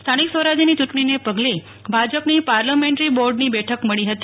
સ્થાનિક સ્વરાજની ચૂંટણીને પગલે ભાજપની પાર્લમેન્ટરી બોર્ડની બેઠક મળી હતી